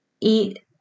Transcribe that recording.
eat